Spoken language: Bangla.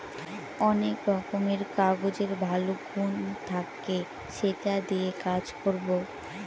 অনেক রকমের কাগজের ভালো গুন থাকে সেটা দিয়ে কাজ করবো